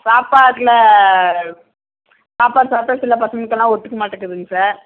சாப்பாட்டில் சாப்பாடு சாப்பிட்டா சில பசங்களுக்கெல்லாம் ஒத்துக்க மாட்டேங்கிதுங்க சார்